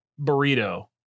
burrito